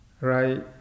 right